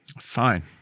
Fine